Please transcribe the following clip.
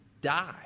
die